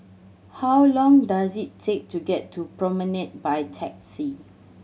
how long does it take to get to Promenade by taxi